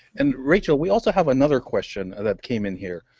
and, rachel, we also have another question that came in here.